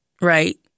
Right